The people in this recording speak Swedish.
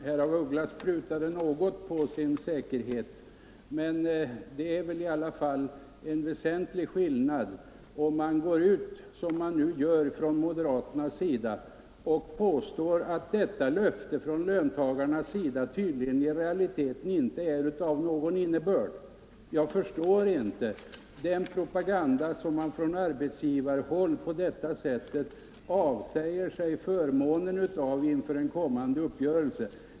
Herr talman! Herr af Ugglas prutade något på sin säkerhet. Men moderaterna påstår ändå att löftet från löntagarhåll tydligen i realiteten inte är av någon betydelse. Jag förstår inte att man i propagandan från arbetsgivarhåll inför en kommande uppgörelse på detta sätt avsäger sig denna utfästelse.